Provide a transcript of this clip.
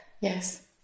Yes